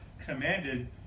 commanded